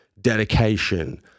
dedication